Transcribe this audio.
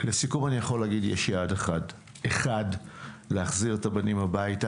לסיכום יש יעד אחד והוא להחזיר את הבנים הביתה.